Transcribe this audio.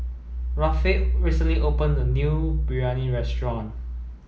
Rafe recently opened a new Biryani restaurant